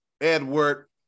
Edward